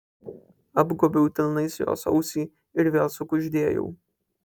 apgobiau delnais jos ausį ir vėl sukuždėjau